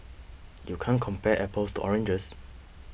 you can't compare apples to oranges